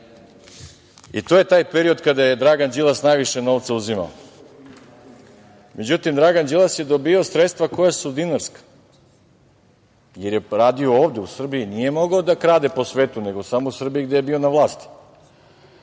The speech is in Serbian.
To je taj period kada je Dragan Đilas najviše novca uzimao. Međutim, Dragan Đilas je dobijao sredstva koja su dinarska, jer je radio ovde u Srbiji, nije mogao da krade po svetu nego samo u Srbiji gde je bio na vlasti.